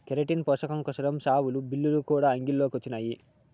keratin పోసకం కోసరం షావులు, బిల్లులు కూడా అంగిల్లో కొచ్చినాయి